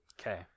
Okay